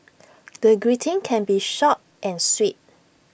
the greeting can be short and sweet